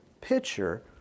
picture